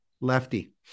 Lefty